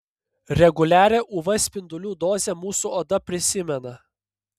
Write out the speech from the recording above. reguliarią uv spindulių dozę mūsų oda prisimena